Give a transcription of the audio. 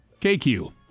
kq